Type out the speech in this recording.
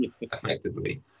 effectively